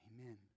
Amen